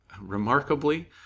Remarkably